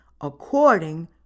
according